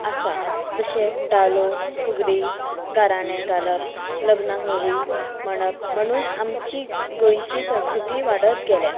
आसा जशे धालो फुगडी घाराणें घालप लग्नाक होवी म्हणप म्हणून आमची गोंयची संस्कृती वाडत गेल्या